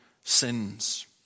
sins